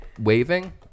Waving